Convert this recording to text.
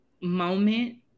moment